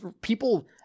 people